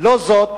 לא רק זאת,